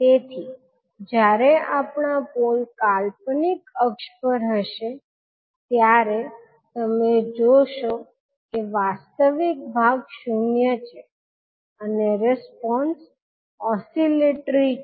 તેથી જ્યારે આપણા પોલ કાલ્પનિક અક્ષ પર હશે ત્યારે તમે જોશો કે વાસ્તવિક ભાગ શૂન્ય છે અને રિસ્પોન્સ ઓસિલેટરી હોય છે